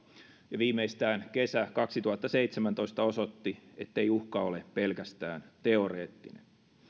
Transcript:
ja viimeistään kesä kaksituhattaseitsemäntoista osoitti ettei uhka ole pelkästään teoreettinen